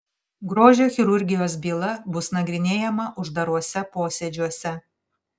grožio chirurgijos byla bus nagrinėjama uždaruose posėdžiuose